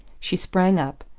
she sprang up,